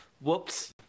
Whoops